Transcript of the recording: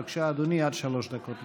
בבקשה, אדוני, עד שלוש דקות לרשותך.